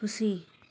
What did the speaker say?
खुसी